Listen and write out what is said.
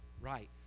Right